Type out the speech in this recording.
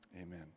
Amen